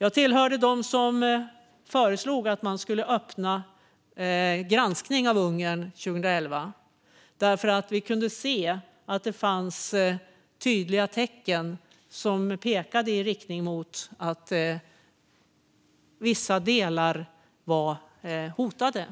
Jag tillhörde dem som föreslog att man skulle öppna en granskning av Ungern 2011. Vi kunde nämligen se tydliga tecken som pekade i riktning mot att vissa delar var hotade.